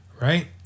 right